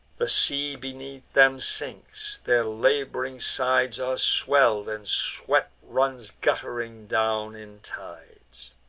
the sea beneath em sinks their lab'ring sides are swell'd, and sweat runs gutt'ring down in tides.